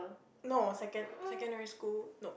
no second secondary school no